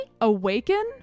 Awaken